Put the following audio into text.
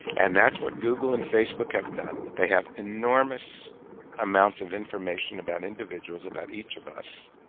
and that's what google and facebook have done. they have enormous amounts of information about individuals, about each of us,